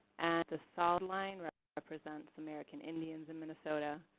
the solid line represents american indians in minnesota.